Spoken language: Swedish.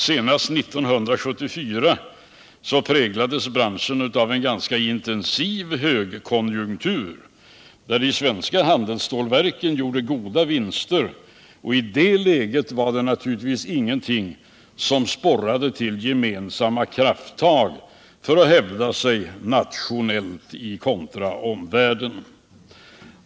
Senast 1974 präglades branschen av en ganska intensiv högkonjunktur, där de svenska handelsstålverken gjorde goda vinster. I det läget var det naturligtvis ingenting som sporrade företagen till gemensamma krafttag för att hävda sig nationellt kontra omvärlden.